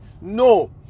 No